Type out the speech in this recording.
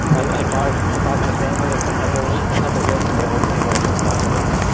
i bought ah bought my family a couple a couple of gifts, and the only thing that i did was buy a lebron.